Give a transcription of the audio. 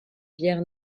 bière